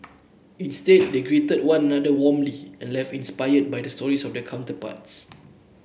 instead they greeted one another warmly and left inspired by the stories of their counterparts